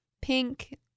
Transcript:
pink